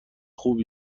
خوب